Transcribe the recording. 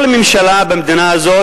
כל ממשלה במדינה הזאת,